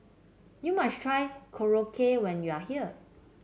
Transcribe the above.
you must try Korokke when you are here